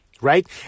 right